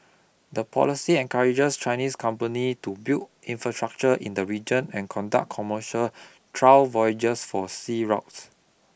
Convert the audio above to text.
the policy encourages Chinese companies to build infrastructure in the region and conduct commercial trial voyages for sea routes